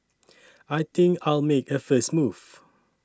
I think I'll make a first move